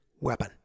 weapon